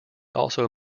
also